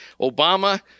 Obama